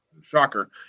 shocker